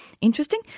interesting